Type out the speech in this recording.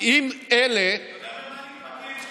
אם אלה, אתה יודע ממה נדבקים?